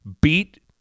beat